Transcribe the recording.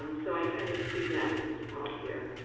so i kind of just leave that as the default here.